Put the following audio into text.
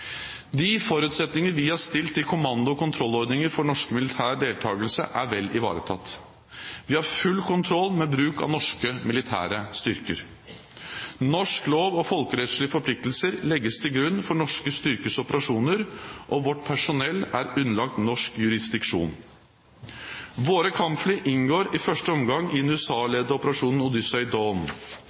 De forutsetningene vi har stilt til kommando- og kontrollordninger for norsk militær deltakelse, er vel ivaretatt. Vi har full kontroll med bruk av norske militære styrker. Norsk lov og folkerettslige forpliktelser legges til grunn for norske styrkers operasjoner, og vårt personell er underlagt norsk jurisdiksjon. Våre kampfly inngår i første omgang i den USA-ledede operasjonen